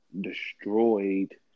destroyed